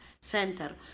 center